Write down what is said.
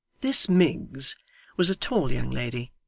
this miggs was a tall young lady,